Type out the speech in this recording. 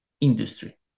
industry